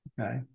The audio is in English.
Okay